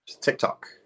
tiktok